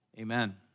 Amen